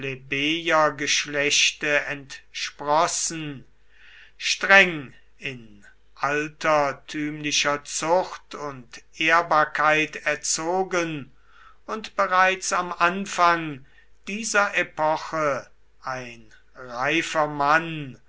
plebejergeschlechte entsprossen streng in altertümlicher zucht und ehrbarkeit erzogen und bereits am anfang dieser epoche ein reifer mann